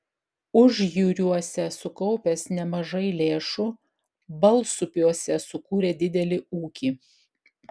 užjūriuose sukaupęs nemažai lėšų balsupiuose sukūrė didelį ūkį